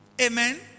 Amen